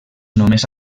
només